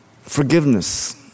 Forgiveness